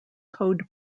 code